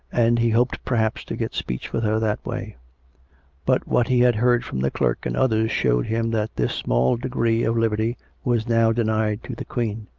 and he hoped perhaps to get speech with her that way but what he had heard from the clerk and others showed him that this small degree of liberty was now denied to the queen.